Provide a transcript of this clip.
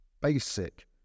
basic